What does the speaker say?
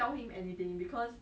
so funny